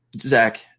Zach